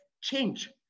change